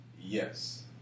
yes